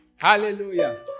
hallelujah